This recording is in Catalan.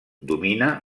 domina